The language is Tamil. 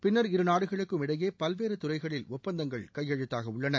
பின்னர் இருநாடுகளுக்கும் இடையே பல்வேறு துறைகளில் ஒப்பந்தங்கள் கையெழுத்தாகவுள்ளன